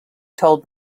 told